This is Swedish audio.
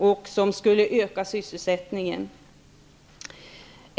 Det kan också öka sysselsättningsgraden.